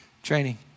Training